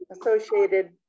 associated